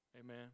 Amen